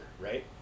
right